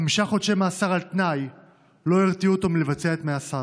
חמישה חודשי מאסר על תנאי לא הרתיעו אותו מלבצע את מעשיו.